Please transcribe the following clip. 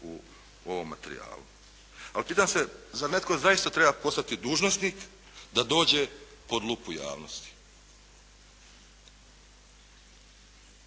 u ovom materijalu. Ali pitam se zar netko zaista treba postati dužnosnik da dođe pod lupu javnosti?